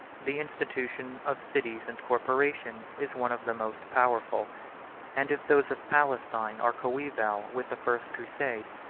the institution of cities and corporations is one of the most powerful and if those of palestine are coeval with the first crusade,